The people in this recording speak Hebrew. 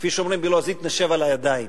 כפי שאומרים בלועזית "נשב על הידיים".